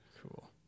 cool